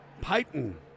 Python